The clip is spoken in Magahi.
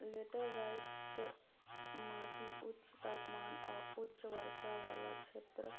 लेटराइट माटि उच्च तापमान आऽ उच्च वर्षा वला क्षेत्र